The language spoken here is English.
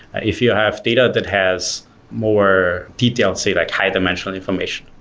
if you have data that has more detailed, say like high-dimensional information,